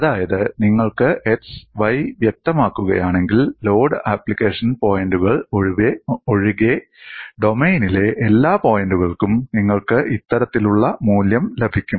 അതായത് നിങ്ങൾ x y വ്യക്തമാക്കുകയാണെങ്കിൽ ലോഡ് ആപ്ലിക്കേഷൻ പോയിന്റുകൾ ഒഴികെ ഡൊമെയ്നിലെ എല്ലാ പോയിന്റുകൾക്കും നിങ്ങൾക്ക് ഇത്തരത്തിലുള്ള മൂല്യം ലഭിക്കും